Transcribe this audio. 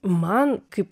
man kaip